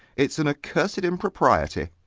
it's an accursed impropriety.